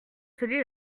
celui